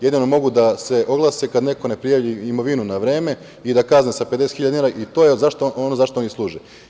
Jedino mogu da se oglase kada neko ne prijavi imovinu na vreme i da ga kazne sa 50.000 dinara i to je ono čemu služe.